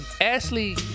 Ashley